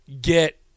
get